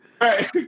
Right